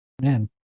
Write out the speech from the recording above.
Man